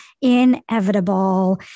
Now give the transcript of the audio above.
inevitable